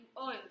oil